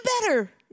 better